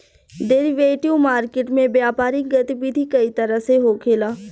derivative market में व्यापारिक गतिविधि कई तरह से होखेला